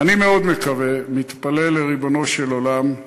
ואני מאוד מקווה, מתפלל לריבונו של עולם,